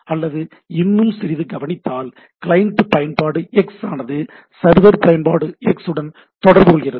அல்லது இன்னும் சிறிது கவணித்தால் கிளையன்ட் பயன்பாடு எக்ஸ் ஆனது சர்வர் பயன்பாடு எக்ஸ் உடன் தொடர்பு கொள்கிறது